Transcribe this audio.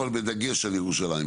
אבל בדגש על ירושלים,